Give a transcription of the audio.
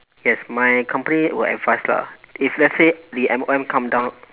yes my company will advise lah if let's say the M_O_M come down